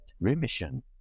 remission